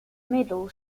medal